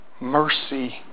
mercy